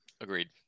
Agreed